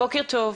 בוקר טוב,